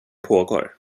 pågår